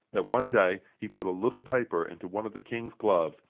that one day he put a little paper into one of the king's gloves,